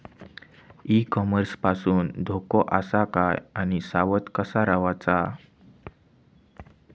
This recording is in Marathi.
ई कॉमर्स पासून धोको आसा काय आणि सावध कसा रवाचा?